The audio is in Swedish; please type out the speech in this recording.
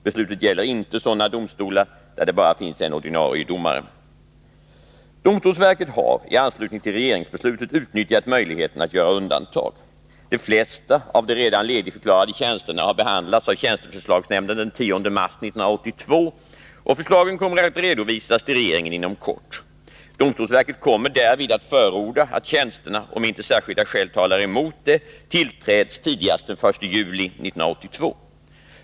Beslutet gäller inte sådana domstolar där det bara finns en ordinarie domare. Domstolsverket har i anslutning till regeringsbeslutet utnyttjat möjligheten att göra undantag. De flesta av de redan ledigförklarade tjänsterna har behandlats av tjänsteförslagsnämnden den 10 mars 1982 och förslagen kommer att redovisas till regeringen inom kort. Domstolsverket kommer därvid att förorda att tjänsterna, om inte särskilda skäl talar emot det, tillträds tidigast den 1 juli 1982.